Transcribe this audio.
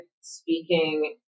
speaking